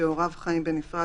שהוריו חיים בנפרד,